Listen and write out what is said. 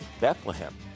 Bethlehem